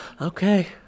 Okay